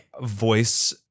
voice